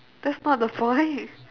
that's not the point